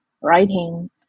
writing